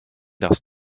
das